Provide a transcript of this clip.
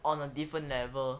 on a different level